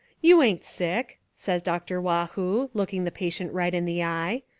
you ain't sick, says dr. waugh-hoo, look ing the patient right in the eye.